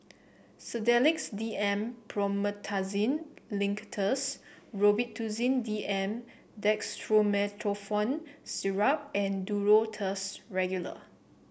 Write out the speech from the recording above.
Sedilix D M Promethazine Linctus Robitussin D M Dextromethorphan Syrup and Duro Tuss Regular